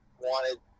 wanted